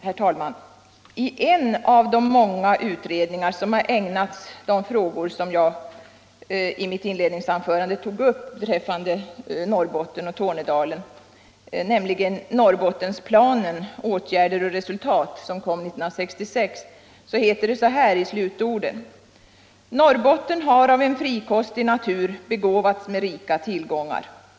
Herr talman! I ett av de många betänkanden som ägnats de frågor som jag i mitt inledningsanförande tog upp beträffande Norrbotten och Tornedalen, nämligen ”Norrbottensplanen — Åtgärder och resultat” som kom 1966 sades det i slutorden: ”Norrbotten har av en frikostig natur begåvats med rika tillgångar.